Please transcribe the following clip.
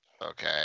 Okay